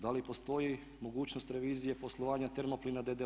Da li postoji mogućnost revizije poslovanja Termoplina d.d.